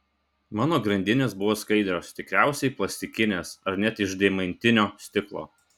mano grandinės buvo skaidrios tikriausiai plastikinės ar net iš deimantinio stiklo